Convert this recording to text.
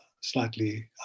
slightly